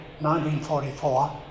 1944